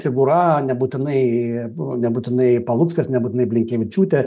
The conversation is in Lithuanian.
figūra nebūtinai nebūtinai paluckas nebūtinai blinkevičiūtė